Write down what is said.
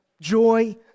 joy